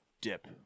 dip